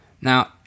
Now